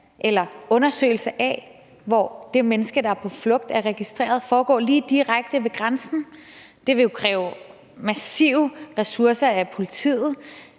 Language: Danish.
undersøgelse af, hvor det menneske, der er på flugt, er registreret, foregå direkte ved grænsen? Det vil jo kræve massive ressourcer hos politiet,